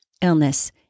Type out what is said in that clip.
illness